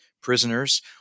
prisoners